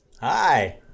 hi